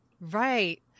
Right